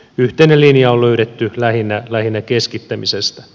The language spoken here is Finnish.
yhteinen linja on löydetty lähinnä keskittämisestä